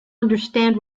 understand